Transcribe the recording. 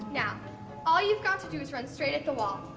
now all you've got to do is run straight at the wall.